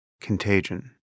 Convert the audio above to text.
contagion